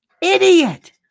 Idiot